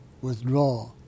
withdraw